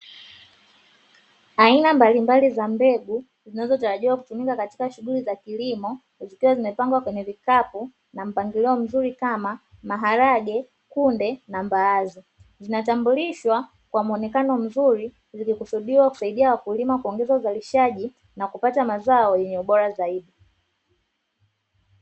Aina mbalimbali za mbegu zinazotarajiwa kutumika katika shughuli za kilimo, zikiwa zimepangwa kwenye vikapu na mpangilio mzuri kama maharage, kunde na mbaazi. Zinatambulishwa kwa muonekano mzuri zikikusudiwa kusaidia wakulima kuongeza uzalishaji na kupata mazao yenye ubora zaidi.